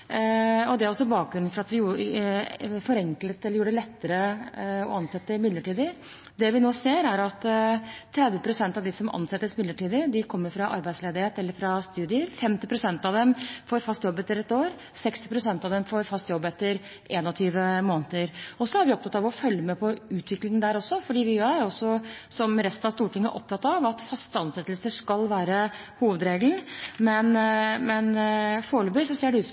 Det er også bakgrunnen for at vi forenklet, eller gjorde det lettere å ansette midlertidig. Det vi nå ser, er at 30 pst. av dem som ansettes midlertidig, kommer fra arbeidsledighet eller fra studier. 50 pst. av dem får fast jobb etter ett år, 60 pst. får fast jobb etter 21 måneder. Så er vi opptatt av å følge med på utviklingen der også, for vi er, som resten av Stortinget, opptatt av at faste ansettelser skal være hovedregelen. Men foreløpig ser det ut som